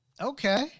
Okay